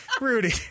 Rudy